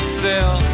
sell